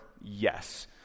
Yes